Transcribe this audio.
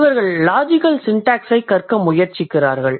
இவர்கள் லாஜிகல் சிண்டேக்ஸ்ஸைக் கற்க முயற்சிக்கிறார்கள்